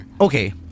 Okay